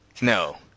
No